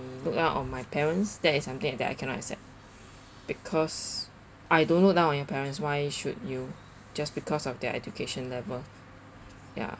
look down on my parents that is something that I cannot accept because I don't look down on your parents why should you just because of their education level ya